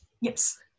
Yes